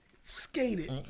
Skated